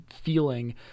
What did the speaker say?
feeling